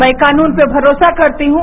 मैं कानून पर भरोसा करती हूं